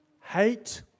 hate